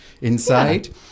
inside